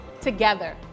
together